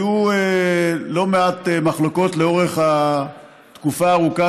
היו לא מעט מחלוקות לאורך התקופה הארוכה